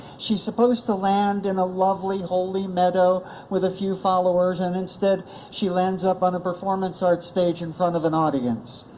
she's supposed to land in a lovely holy meadow with a few followers and instead she like ends up on a performance art stage in front of an audience.